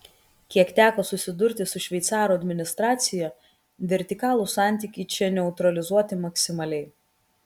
kiek teko susidurti su šveicarų administracija vertikalūs santykiai čia neutralizuoti maksimaliai